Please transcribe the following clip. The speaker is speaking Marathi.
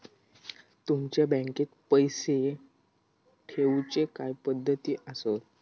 तुमच्या बँकेत पैसे ठेऊचे काय पद्धती आसत?